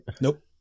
Nope